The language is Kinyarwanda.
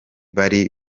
bari